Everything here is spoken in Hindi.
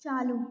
चालू